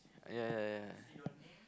ya ya ya